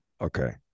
Okay